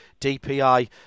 DPI